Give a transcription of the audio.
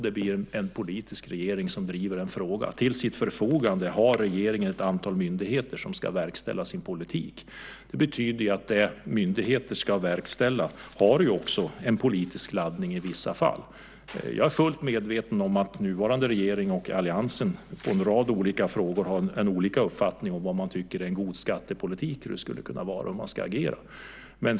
Det blir en politisk regering som driver frågorna. Till sitt förfogande har regeringen ett antal myndigheter som ska verkställa sin politik. Det betyder att det myndigheter ska verkställa i vissa fall har en politisk laddning. Jag är fullt medveten om att nuvarande regering och alliansen i en rad olika frågor har olika uppfattning om vad man tycker är en god skattepolitik, om hur det skulle kunna vara och hur man ska agera.